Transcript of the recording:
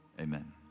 Amen